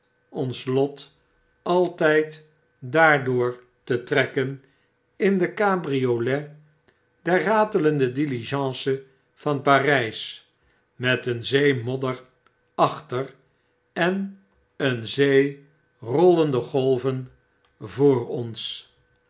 ons lot altyd daardoor te trekken in de cabriolet der ratelende diligence van parijs met een zee modder achter en een zee rollende golven voor ons